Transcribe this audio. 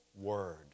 word